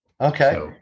Okay